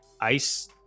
ice